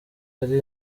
ari